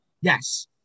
Yes